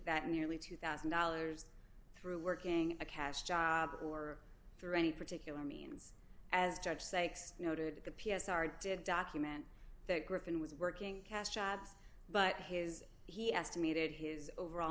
that nearly two thousand dollars through working a cash job or through any particular means as judge sake's noted the p s r did document that griffin was working class jobs but his he estimated his overall